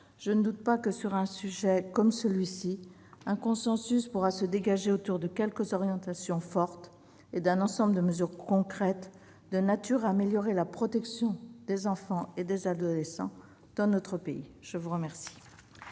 Je ne doute pas que, sur un sujet comme celui-ci, un consensus pourra se dégager autour de quelques orientations fortes et d'un ensemble de mesures concrètes de nature à améliorer la protection des enfants et des adolescents dans notre pays. La parole